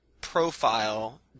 profile